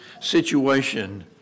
situation